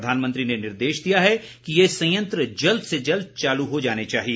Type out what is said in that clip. प्रधानमंत्री ने निर्देश दिया है कि ये संयंत्र जल्द से जल्द चालू हो जाने चाहिए